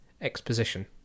exposition